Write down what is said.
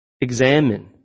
examine